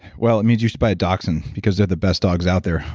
well, it means you should buy a dachshund because they're the best dogs out there,